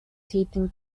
teething